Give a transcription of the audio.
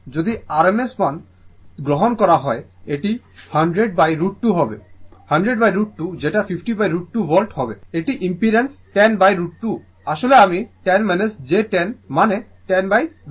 যদি rms মান তাই গ্রহণ করা হয় এটা 100√ 2 হবে 100√ 2 যেটা 50√2 ভোল্ট হবে এটি ইম্পিডেন্স 10 √ 2 আসলে আমি 10 j 10 মানে 10 √ 2